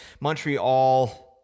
Montreal